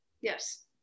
Yes